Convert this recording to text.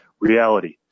reality